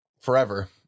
Forever